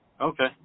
okay